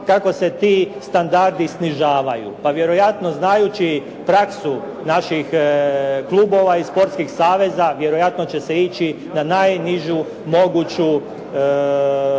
kako se ti standardi snižavaju, pa vjerojatno znajući praksu naših klubova i sportskih saveza, vjerojatno će se ići na najnižu mogući